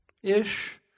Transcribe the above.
Ish